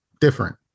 different